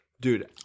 Dude